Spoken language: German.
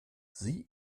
sie